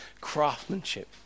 craftsmanship